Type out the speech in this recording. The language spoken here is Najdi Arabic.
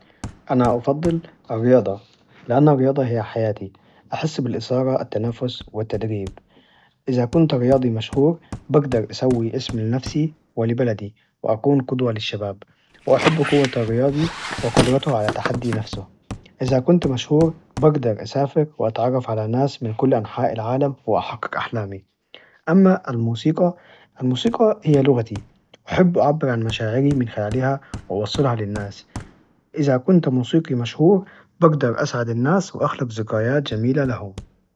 أنا أفضل الرياضة لأن الرياضة هي حياتي أحس بالإثارة، التنافس، والتدرب، إذا كنت رياضي مشهور بقدر أسوي اسم لنفسي ولبلدي! وأكون قدوة للشباب وأحب قوة الرياضي وقدرته على تحدي نفسه، إذا كنت مشهور بقدر أسافر وأتعرف على ناس من كل أنحاء العالم وأحقق أحلامي أما الموسيقى، الموسيقى هي لغتي أحب أعبر عن مشاعري من خلالها ووصلها للناس، إذا كنت موسيقي مشهور بقدر أسعد الناس وأخلق ذكريات جميلة لهم.